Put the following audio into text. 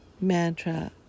mantra